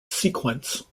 sequence